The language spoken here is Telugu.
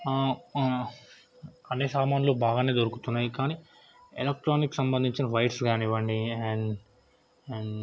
అన్నీ సామాన్లు బాగానే దొరుకుతున్నాయి కానీ ఎలక్ట్రానిక్ సంబంధించిన వైర్స్ కానివ్వండి అండ్ అండ్